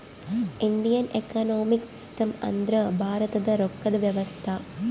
Indian economic system ಅಂದ್ರ ಭಾರತದ ರೊಕ್ಕದ ವ್ಯವಸ್ತೆ